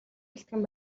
бэлэн